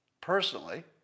personally